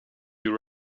you